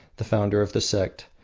the founder of the sect,